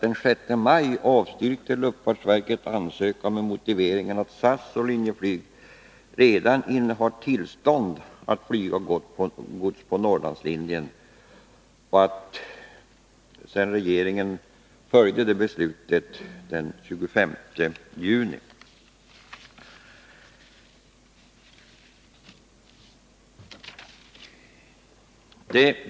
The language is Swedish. Enligt dem avstyrkte luftfartsverket den 6 maj denna ansökan med motiveringen att SAS och Linjeflyg redan innehar tillstånd att flyga gods på Norrlandslinjen, och regeringen följde den 25 juni det beslutet.